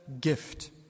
gift